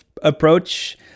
approach